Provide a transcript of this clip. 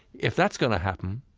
if that's going to happen,